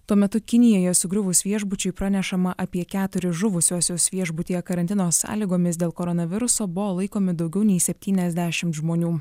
tuo metu kinijoje sugriuvus viešbučiui pranešama apie keturis žuvusiuosius viešbutyje karantino sąlygomis dėl koronaviruso buvo laikomi daugiau nei septyniasdešimt žmonių